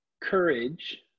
courage